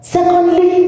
Secondly